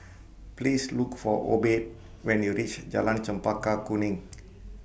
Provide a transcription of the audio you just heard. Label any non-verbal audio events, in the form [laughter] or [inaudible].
Please Look For Obed when YOU REACH Jalan Chempaka Kuning [noise]